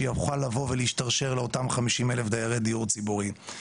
שיוכל לבוא ולהשתרשר לאותם דיירי דיור ציבורים.